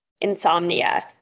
insomnia